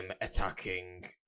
attacking